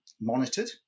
monitored